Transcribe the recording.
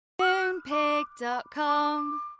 Moonpig.com